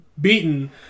beaten